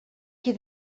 qui